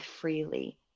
freely